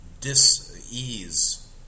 dis-ease